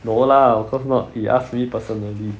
no lah of course not he ask me personally